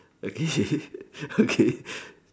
okay okay